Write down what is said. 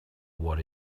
what